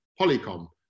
Polycom